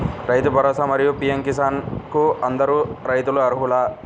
రైతు భరోసా, మరియు పీ.ఎం కిసాన్ కు అందరు రైతులు అర్హులా?